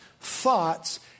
thoughts